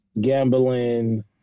gambling